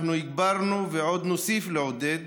אנחנו הגברנו, ועוד נוסיף לעודד,